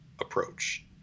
approach